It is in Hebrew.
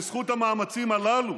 בזכות המאמצים הללו,